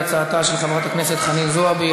היא הצעתה של חברת הכנסת חנין זועבי,